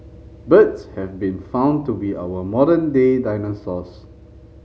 birds have been found to be our modern day dinosaurs